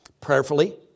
prayerfully